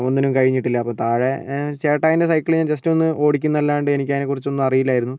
ഒന്നിനും കഴിഞ്ഞിട്ടില്ല അപ്പോൾ താഴെ ചേട്ടായിൻ്റെ സൈക്കിള് ഞാൻ ജസ്റ്റ് ഒന്ന് ഓടിക്കുന്നല്ലാണ്ട് എനിക്ക് അതിനെക്കുറിച്ചൊന്നും അറിയില്ലായിരുന്നു